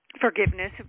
forgiveness